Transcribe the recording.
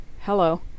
Hello